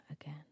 again